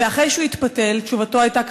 ואחרי שהוא התפתל תשובתו הייתה: